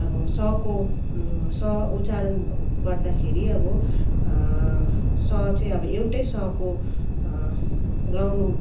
अब स को स उचारण गर्दाखेरि अब स चाहिँ अब एउटै स को लाउनु